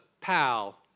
pal